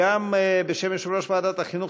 בשם יושב-ראש ועדת החינוך,